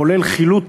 כולל חילוט